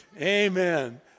Amen